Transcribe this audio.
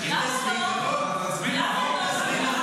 למה לא?